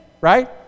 right